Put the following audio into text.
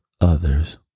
others